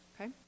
okay